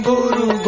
Guru